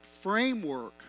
framework